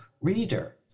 reader